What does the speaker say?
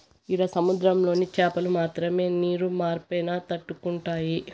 ఈడ సముద్రంలోని చాపలు మాత్రమే నీరు మార్పైనా తట్టుకుంటాయి